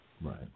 Right